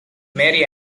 marie